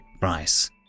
price